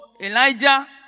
Elijah